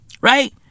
Right